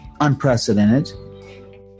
unprecedented